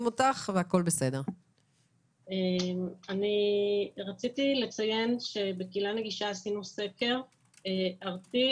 רציתי לציין שבקהילה נגישה עשינו סקר ארצי,